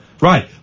Right